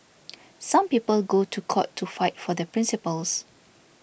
some people go to court to fight for their principles